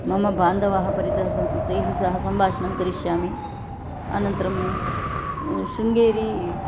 मम बान्धवाः परितः सन्ति तैः सह सम्भाषणं करिष्यामि अनन्तरं शृङ्गेरी